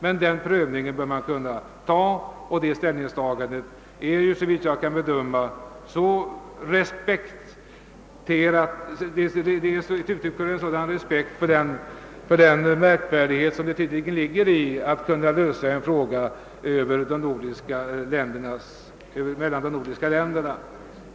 Denna prövning borde man dock kunna godta, ty vårt ställningstagande ger uttryck för stor respekt för den märkvärdighet som det tydligen utgör att lösa en fråga över de nordiska ländernas gränser.